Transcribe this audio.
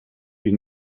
ihn